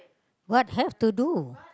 what have to do